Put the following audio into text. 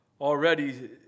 already